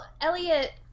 Elliot